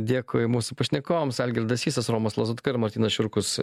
dėkui mūsų pašnekovams algirdas sysas romas lazutka ir martynas šiurkus